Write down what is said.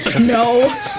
No